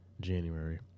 January